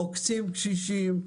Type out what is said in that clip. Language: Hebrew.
עוקצים קשישים,